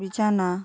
বিছানা